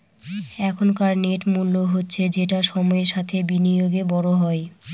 এখনকার নেট মূল্য হচ্ছে যেটা সময়ের সাথে বিনিয়োগে বড় হয়